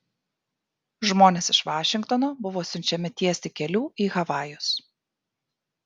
žmonės iš vašingtono buvo siunčiami tiesti kelių į havajus